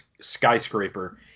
skyscraper